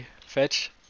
fetch